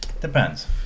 depends